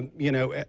you know,